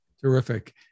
Terrific